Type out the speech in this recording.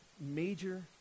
major